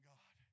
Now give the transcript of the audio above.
God